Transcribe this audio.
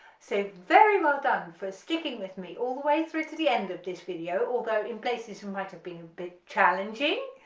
so very well done for sticking with me all the way through to the end of this video although in places you might have been a bit challenging,